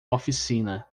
oficina